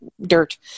dirt